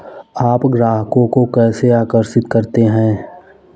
आप ग्राहकों को कैसे आकर्षित करते हैं?